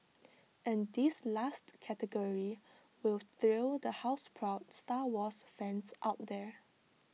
and this last category will thrill the houseproud star wars fans out there